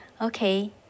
Okay